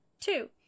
Two